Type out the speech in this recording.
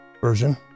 Version